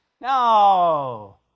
No